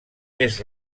més